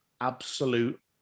absolute